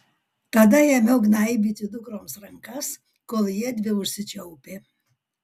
tada ėmiau gnaibyti dukroms rankas kol jiedvi užsičiaupė